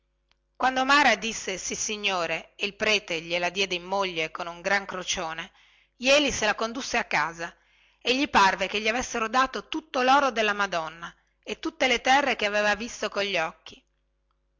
quando mara disse sissignore e il prete gliela diede in moglie con un gran crocione jeli se la condusse a casa e gli parve che gli avessero dato tutto loro della madonna e tutte le terre che aveva visto cogli occhi